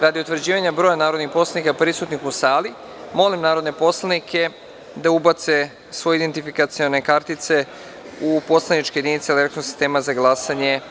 Radi utvrđivanja broja narodnih poslanika prisutnih u sali, molim narodne poslanike da ubace svoje identifikacione kartice u poslaničke jedinice elektronskog sistema za glasanje.